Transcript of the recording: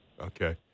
Okay